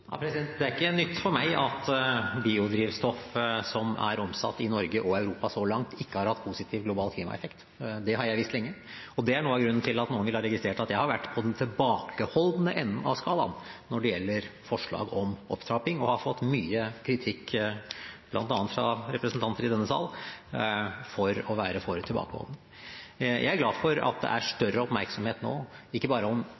langt, ikke har hatt positiv global klimaeffekt. Det har jeg visst lenge, og det er noe av grunnen til at noen vil ha registrert at jeg har vært på den tilbakeholdne enden av skalaen når det gjelder forslag om opptrapping, og har fått mye kritikk bl.a. fra representanter i denne sal for å være for tilbakeholden. Jeg er glad for at det er større oppmerksomhet nå om ikke bare EUs bærekraftskriterier, men om